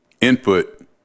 input